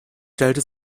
stellte